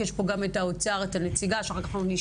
יש פה גם את נציגת האוצר שאחר כך נשמע.